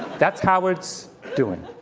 that's howard's doing.